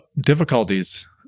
Difficulties